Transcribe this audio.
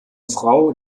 frau